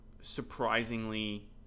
surprisingly